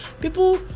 People